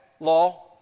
Law